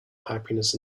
happiness